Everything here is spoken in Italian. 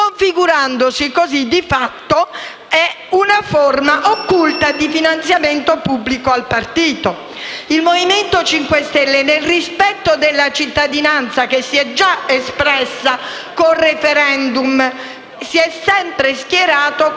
configurandosi così di fatto una forma occulta di finanziamento pubblico al partito. Il Movimento 5 Stelle, nel rispetto della cittadinanza, che si è già espressa con *referendum*, si è sempre schierato contro